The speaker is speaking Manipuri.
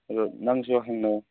ꯑꯗꯣ ꯅꯪꯁꯨ ꯍꯪꯅꯧ